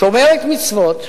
שומרת מצוות,